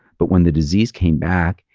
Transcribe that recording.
but when the disease came back,